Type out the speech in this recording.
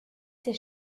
ses